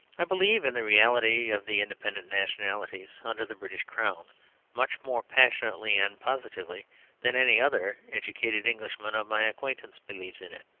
i believe in the reality of the independent nationalities under the british crown much more passionately and positively than any other educated englishman of my acquaintance believes in it.